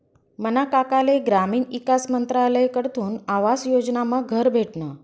मना काकाले ग्रामीण ईकास मंत्रालयकडथून आवास योजनामा घर भेटनं